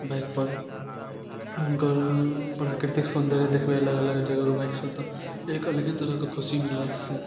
बाइकपर हुनकर प्राकृतिक सौन्दर्य देखबै अलग अलग जगह जेबै बाइकसँ तऽ एक अलगे तरहकऽ खुशी मिलत